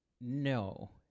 No